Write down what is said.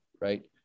Right